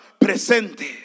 presente